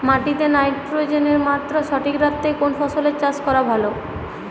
মাটিতে নাইট্রোজেনের মাত্রা সঠিক রাখতে কোন ফসলের চাষ করা ভালো?